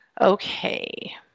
Okay